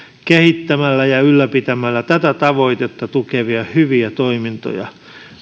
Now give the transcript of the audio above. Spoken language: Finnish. kehittämällä ja ylläpitämällä tätä tavoitetta tukevia hyviä toimintoja